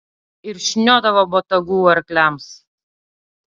ir šniodavo botagu arkliams